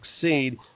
succeed